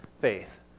faith